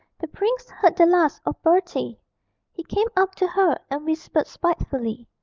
the prince heard the last of bertie he came up to her and whispered spitefully,